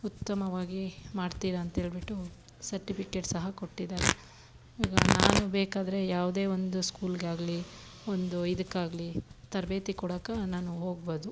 ಉತ್ತಮವಾಗಿ ಮಾಡ್ತೀರ ಅಂತಹೇಳ್ಬಿಟ್ಟು ಸರ್ಟಿಫಿಕೇಟ್ ಸಹ ಕೊಟ್ಟಿದ್ದಾರೆ ಇವಾಗ ನಾನು ಬೇಕಾದರೆ ಯಾವುದೇ ಒಂದು ಸ್ಕೂಲ್ಗಾಗಲಿ ಒಂದು ಇದುಕ್ಕಾಗಲಿ ತರಬೇತಿ ಕೊಡಕೆ ನಾನು ಹೋಗ್ಬೊದು